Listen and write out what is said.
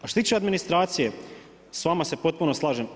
A što se tiče administracije sa vama se potpuno slažem.